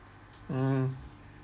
um